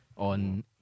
on